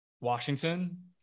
Washington